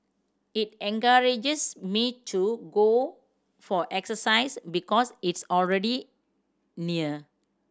it encourages me to go for exercise because it's already near